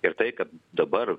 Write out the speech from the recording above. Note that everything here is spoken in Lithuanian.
ir tai kad dabar